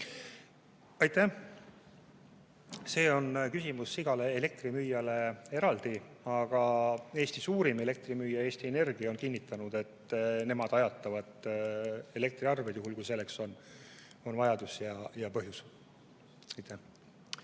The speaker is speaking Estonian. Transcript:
Aitäh! See on küsimus igale elektrimüüjale eraldi. Aga Eesti suurim elektrimüüja Eesti Energia on kinnitanud, et nemad ajatavad elektriarveid juhul, kui selleks on vajadus ja põhjus. Tiiu